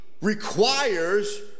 requires